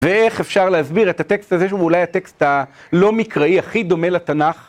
ואיך אפשר להסביר את הטקסט הזה שהוא אולי הטקסט הלא מקראי, הכי דומה לתנ"ך?